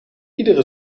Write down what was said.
iedere